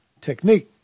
technique